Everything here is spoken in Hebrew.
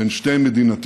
בין שתי מדינותינו.